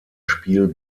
spiel